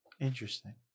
Interesting